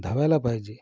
धावायला पाहिजे